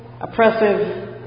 oppressive